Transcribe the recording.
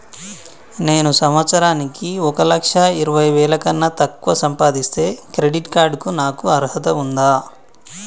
నేను సంవత్సరానికి ఒక లక్ష ఇరవై వేల కన్నా తక్కువ సంపాదిస్తే క్రెడిట్ కార్డ్ కు నాకు అర్హత ఉందా?